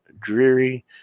dreary